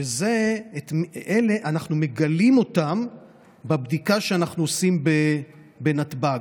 שאת אלה אנחנו מגלים בבדיקה שאנחנו עושים בנתב"ג.